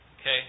Okay